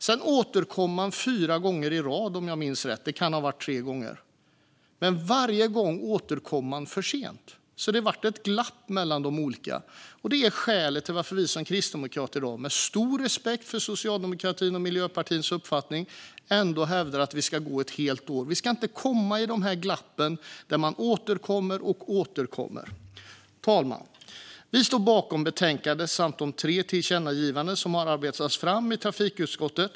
Sedan återkom man fyra gånger i rad, om jag minns rätt - det kan ha varit tre gånger. Varje gång återkom man dock för sent, och det blev ett glapp mellan de olika gångerna. Detta är skälet till att vi kristdemokrater, med stor respekt för socialdemokratins och Miljöpartiets uppfattning, hävdar att vi ska gå ett helt år. Vi ska inte hamna i de här glappen där man återkommer och återkommer. Herr talman! Vi yrkar bifall till förslaget i betänkandet samt till de tre förslag till tillkännagivanden som har arbetats fram i trafikutskottet.